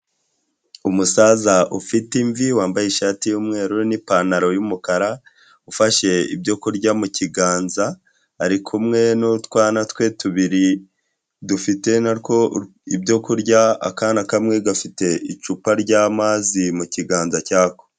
Umusaza ufite imvi wambaye ishati y’umweru n’ipantaro y’umukara, ufashe ibyo kurya mu kiganza ari kumwe n'utwana twe tubiri dufite natwo ibyokurya. Akana kamwe gafite icupa ry’amazi mu kiganza cyako.